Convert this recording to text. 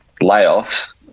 layoffs